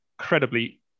incredibly